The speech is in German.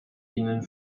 ihnen